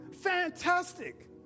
fantastic